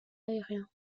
aérien